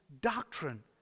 doctrine